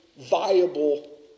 viable